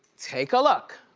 take a look.